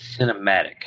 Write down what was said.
cinematic